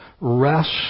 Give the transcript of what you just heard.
rest